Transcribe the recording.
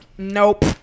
Nope